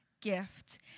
gift